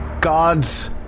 God's